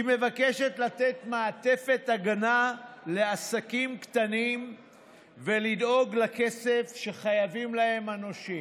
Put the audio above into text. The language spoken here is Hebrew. היא מבקשת לתת מעטפת הגנה לעסקים קטנים ולדאוג לכסף שחייבים להם הנושים.